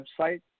website